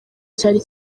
cyari